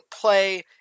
play